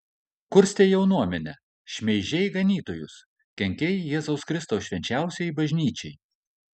kurstei jaunuomenę šmeižei ganytojus kenkei jėzaus kristaus švenčiausiajai bažnyčiai